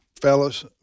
fellas